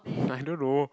I don't know